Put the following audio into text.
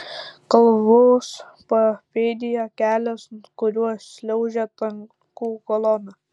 kalvos papėdėje kelias kuriuo šliaužia tankų kolona